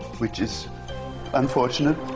which is unfortunate.